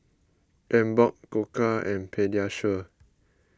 Emborg Koka and Pediasure